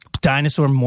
dinosaur